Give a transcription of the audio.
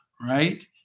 right